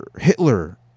Hitler